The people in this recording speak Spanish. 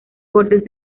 bordes